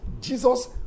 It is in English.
Jesus